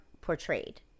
portrayed